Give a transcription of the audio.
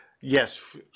yes